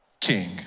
king